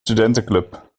studentenclub